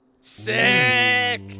Sick